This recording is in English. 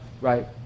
right